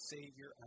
Savior